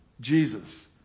Jesus